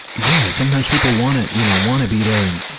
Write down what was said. yeah, sometimes people wanna, you know, wanna be there. and,